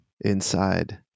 inside